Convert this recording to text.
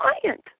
client